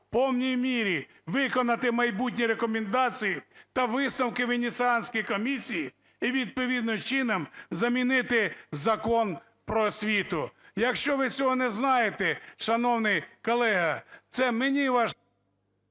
в повній мірі виконати майбутні рекомендації та висновки Венеціанської комісії і відповідним чином замінити Закон "Про освіту". Якщо ви цього не знаєте, шановний колега, це мені…